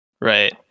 right